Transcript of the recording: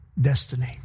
destiny